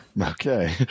Okay